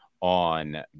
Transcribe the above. on